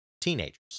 teenagers